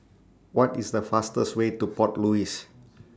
What IS The fastest Way to Port Louis